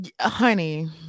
honey